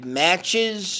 matches